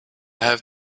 have